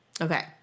okay